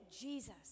Jesus